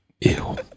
Ew